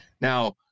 Now